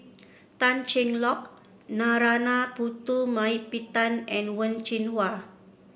Tan Cheng Lock Narana Putumaippittan and Wen Jinhua